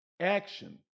Action